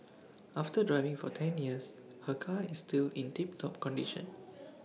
after driving for ten years her car is still in tip top condition